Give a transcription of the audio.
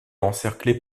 encerclée